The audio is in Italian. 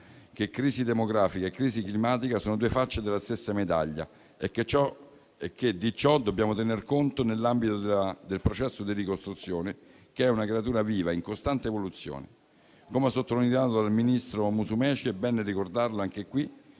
che crisi demografica e crisi climatica sono due facce della stessa medaglia e che di ciò dobbiamo tener conto nell'ambito del processo di ricostruzione, che è una creatura viva e in costante evoluzione. Come sottolineato dal ministro Musumeci (è bene ricordarlo anche qui),